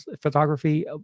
photography